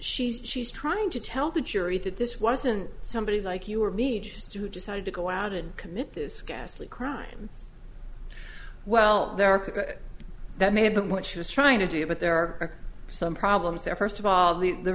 she's she's trying to tell the jury that this wasn't somebody like you or me just who decided to go out and commit this ghastly crime well that may have been what she was trying to do but there are some problems there first of all the